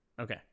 Okay